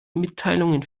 mitteilungen